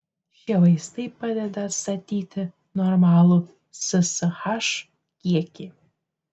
šie vaistai padeda atstatyti normalų ssh kiekį